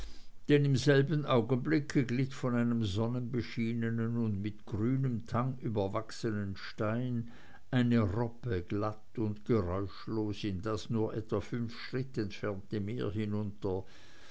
denn im selben augenblick glitt von einem sonnenbeschienenen und mit grünem tang überwachsenen stein eine robbe glatt und geräuschlos in das nur etwa fünf schritt entfernte meer hinunter